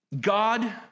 God